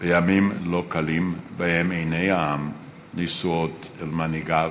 בימים לא קלים, שבהם עיני העם נשואות אל מנהיגיו,